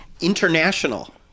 International